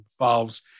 involves